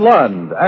Lund